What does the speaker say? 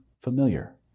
familiar